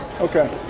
Okay